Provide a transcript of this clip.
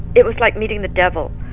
it was like meeting the devil.